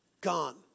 gone